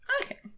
Okay